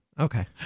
Okay